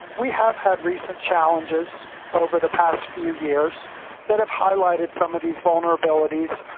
we have had recent challenges over the past few years that have highlighted some of these vulnerabilities,